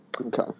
Okay